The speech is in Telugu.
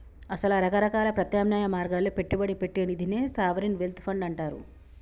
అసల రకరకాల ప్రత్యామ్నాయ మార్గాల్లో పెట్టుబడి పెట్టే నిదినే సావరిన్ వెల్త్ ఫండ్ అంటారు